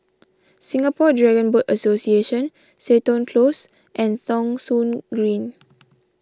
Singapore Dragon Boat Association Seton Close and Thong Soon Green